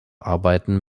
arbeiten